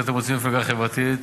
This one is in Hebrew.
שאתם רוצים מפלגה חברתית.